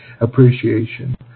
appreciation